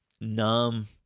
numb